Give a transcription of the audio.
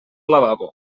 lavabo